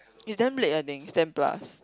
you damn late I think it's ten plus